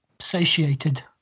satiated